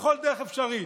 בכל דרך אפשרית.